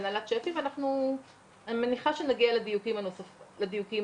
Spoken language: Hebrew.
אנחנו גם בתהליך של כתיבה של תוכנית מחודשת שתהיה יותר מדויקת